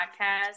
podcast